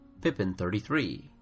Pippin33